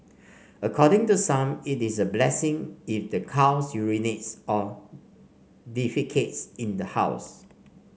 according to some it is a blessing if the cow urinates or defecates in the house